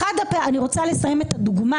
אני רוצה לסיים את הדוגמה,